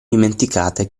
dimenticate